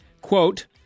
Quote